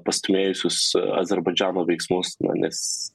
pastūmėjusius azerbaidžano veiksmus na nes